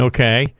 Okay